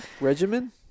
Regimen